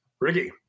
Ricky